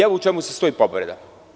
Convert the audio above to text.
Evo u čemu se sastoji povreda.